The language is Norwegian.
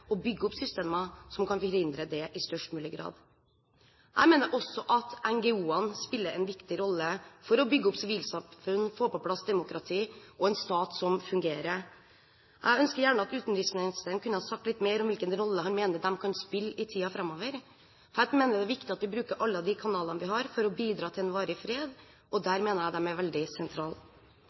bygge opp systemer som kan forhindre det i størst mulig grad. Jeg mener også at NGO-ene spiller en viktig rolle for å bygge opp sivilsamfunn – få på plass demokrati og en stat som fungerer. Jeg ønsker at utenriksministeren kunne si litt mer om hvilken rolle han mener disse kan spille i tiden framover. Jeg mener det er viktig at vi bruker alle de kanalene vi har for å bidra til en varig fred, og her mener jeg disse er veldig sentrale.